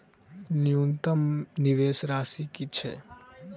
न्यूनतम निवेश राशि की छई?